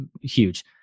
huge